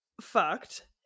fucked